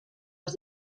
els